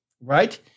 right